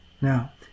Now